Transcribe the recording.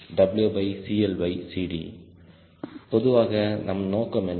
TWLDWCLCD பொதுவாக நம் நோக்கம் என்ன